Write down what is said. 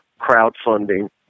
crowdfunding